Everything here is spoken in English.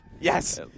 Yes